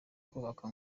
kubaka